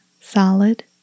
solid